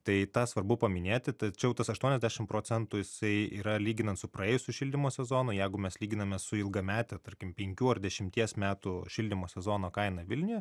tai tą svarbu paminėti tačiau tas aštuoniasdešim procentų jisai yra lyginant su praėjusiu šildymo sezonu jeigu mes lyginame su ilgamete tarkim penkių ar dešimties metų šildymo sezono kaina vilniuje